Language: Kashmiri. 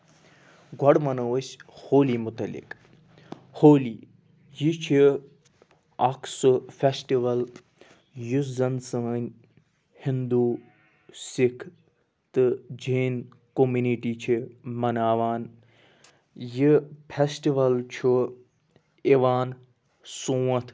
گۄڈٕ وَنو أسۍ ہولی مُتعلِق ہولی یہِ چھِ اکھ سُہ فٮ۪سٹِوَل یُس زَن سٲنۍ ہِندوٗ سِکھ تہٕ جٮ۪ن کومنِٹی چھِ مَناوان یہِ فٮ۪سٹِوَل چھُ یِوان سونتھ